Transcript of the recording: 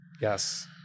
Yes